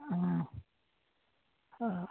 অঁ অঁ